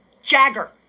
Jagger